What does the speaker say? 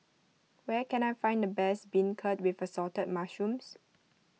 where can I find the best Beancurd with Assorted Mushrooms